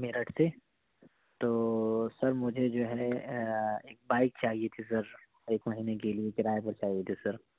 میرٹھ سے تو سر مجھے جو ہے ایک بائک چاہیے تھی سر ایک مہینے کے لیے کرایے پر چاہیے تھی سر